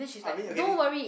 I mean okay this